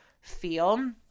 feel